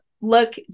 look